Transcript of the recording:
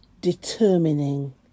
determining